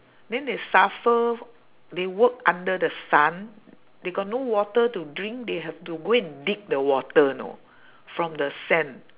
then they suffer they work under the sun they got no water to drink they have to go and dig the water you know from the sand